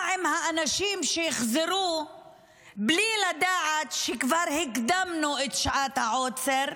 מה עם האנשים שיחזרו בלי לדעת שכבר הקדמנו את שעת העוצר?